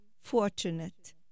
fortunate